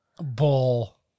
Bull